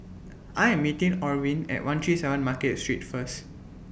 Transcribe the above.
I Am meeting Orvin At one three seven Market Street First